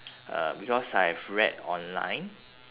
uh because I've read online